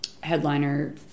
headliner